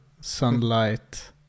sunlight